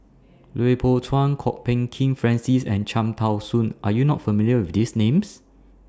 Lui Pao Chuen Kwok Peng Kin Francis and Cham Tao Soon Are YOU not familiar with These Names